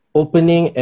opening